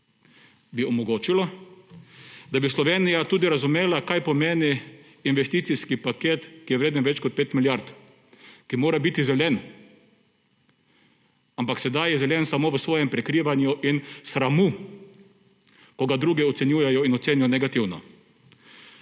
bi omogočilo, da bi Slovenija tudi razumela, kaj pomeni investicijski paket, ki je vreden več kot 5 milijard, ki mora biti zelen, ampak sedaj je zelen samo v svojem prikrivanju in sramu, ko ga drugi ocenjujejo in ocenijo negativno.